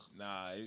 Nah